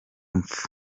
mpfu